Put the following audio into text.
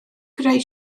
greu